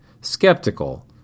skeptical